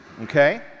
Okay